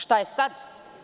Šta je sad?